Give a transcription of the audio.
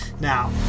now